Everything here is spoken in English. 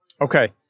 okay